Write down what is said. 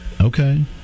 Okay